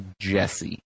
Jesse